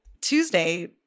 Tuesday